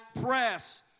press